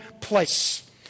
place